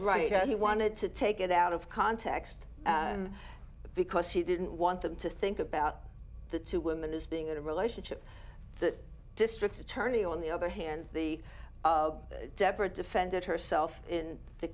right he wanted to take it out of context because he didn't want them to think about the two women as being in a relationship the district attorney on the other hand the debra defended herself in the